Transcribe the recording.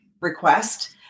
request